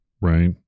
right